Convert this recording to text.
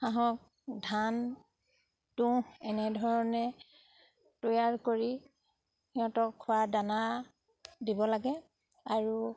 হাঁহক ধান তুঁহ এনেধৰণে তৈয়াৰ কৰি সিহঁতক খোৱাৰ দানা দিব লাগে আৰু